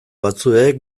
batzuek